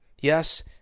Yes